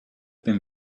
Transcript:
been